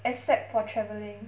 except for travelling